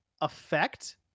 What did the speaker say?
affect